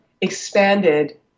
expanded